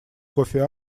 кофи